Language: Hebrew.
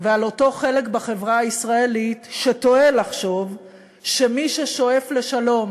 ועל אותו חלק בחברה הישראלית שטועה לחשוב שמי ששואף לשלום